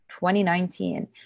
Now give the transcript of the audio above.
2019